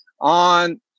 on